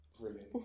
brilliant